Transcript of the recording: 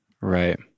right